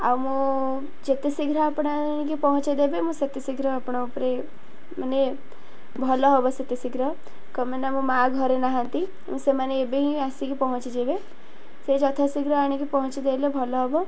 ଆଉ ମୁଁ ଯେତେ ଶୀଘ୍ର ଆପଣ ଆଣିକି ପହଞ୍ଚେଇଦେବେ ମୁଁ ସେତେ ଶୀଘ୍ର ଆପଣ ଉପରେ ମାନେ ଭଲ ହେବ ସେତେ ଶୀଘ୍ର କଣ ପାଇଁ ମୋ ମା ଘରେ ନାହାନ୍ତି ମୁଁ ସେମାନେ ଏବେ ହିଁ ଆସିକି ପହଞ୍ଚିଯିବେ ସେ ଯଥାଶୀଘ୍ର ଆଣିକି ପହଞ୍ଚିଦେଲେ ଭଲ ହେବ